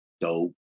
dope